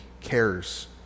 cares